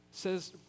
says